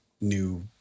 new